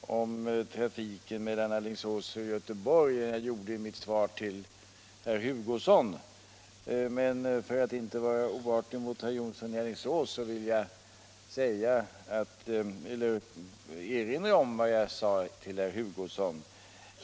Herr talman! Egentligen är det väl inte så nödvändigt att jag uttalar mera i fråga om trafiken mellan Alingsås och Göteborg än jag gjorde i mitt svar till herr Hugosson, men för att inte vara oartig mot herr Jonsson i Alingsås vill jag erinra om vad jag sade till herr Hugosson.